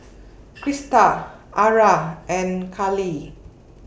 Christa Aura and Carlie